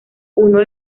uno